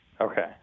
okay